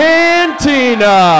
Cantina